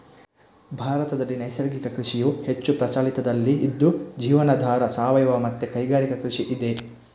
ಭಾರತದಲ್ಲಿ ನೈಸರ್ಗಿಕ ಕೃಷಿಯು ಹೆಚ್ಚು ಪ್ರಚಲಿತದಲ್ಲಿ ಇದ್ದು ಜೀವನಾಧಾರ, ಸಾವಯವ ಮತ್ತೆ ಕೈಗಾರಿಕಾ ಕೃಷಿ ಇದೆ